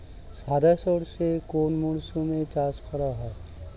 সাদা সর্ষে কোন মরশুমে চাষ করা হয়?